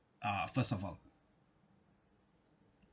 uh first of all